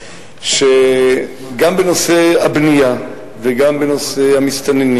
שגם בנושא הבנייה וגם בנושא המסתננים